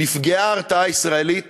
נפגעה ההרתעה הישראלית